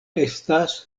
estas